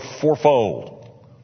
fourfold